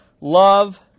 love